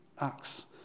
Acts